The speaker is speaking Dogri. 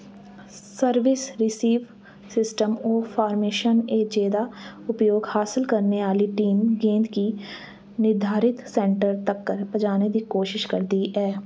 सर्विस रिसीव सिस्टम ओह् फार्मेशन ऐ जेह्दा उपयोग हासल करने आह्ली टीम गेंद गी निर्धारत सैंटर तक्कर पजाने दी कोशश करदी ऐ